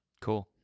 Cool